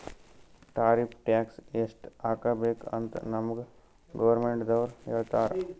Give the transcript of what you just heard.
tariff tax ಎಸ್ಟ್ ಹಾಕಬೇಕ್ ಅಂತ್ ನಮ್ಗ್ ಗೌರ್ಮೆಂಟದವ್ರು ಹೇಳ್ತರ್